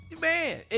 man